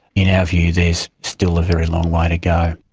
in our view there is still a very long way to go.